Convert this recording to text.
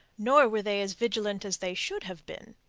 nor were they as vigilant as they should have been,